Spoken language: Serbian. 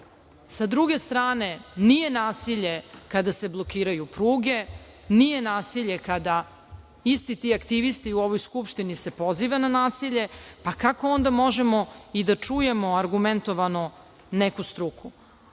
druge strane, nije nasilje kada se blokiraju pruge, nije nasilje kada isti ti aktivisti u ovoj Skupštini se poziva na nasilje. Pa, kako onda možemo i da čujemo argumentovano neku struku?